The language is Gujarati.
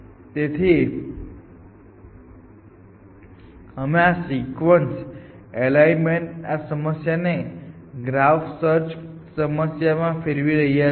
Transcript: તેથી અમે સિક્વન્સ એલાઇનમેન્ટની આ સમસ્યાને ગ્રાફ સર્ચ સમસ્યામાં ફેરવી રહ્યા છીએ